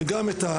וגם את,